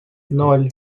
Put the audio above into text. ноль